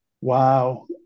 Wow